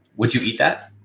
would you eat that?